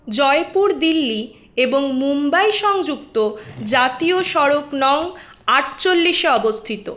জয়পুর দিল্লি এবং মুম্বাই সংযুক্ত জাতীয় সড়ক নং আটচল্লিশে এ অবস্থিত